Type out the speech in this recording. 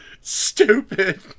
Stupid